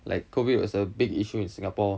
like COVID was a big issue in singapore